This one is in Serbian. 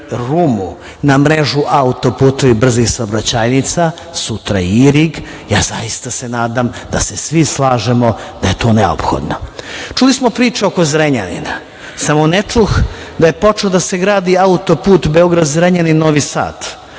Rumu, na mrežu auto puteva i brzih saobraćajnica, sutra i Irig, ja se zaista nadam da se svi slažemo da je to neophodno. Čuli smo priču o Zrenjaninu, samo ne čuh da je počeo da se gradi auto put Beograd – Zrenjanin – Novi Sad,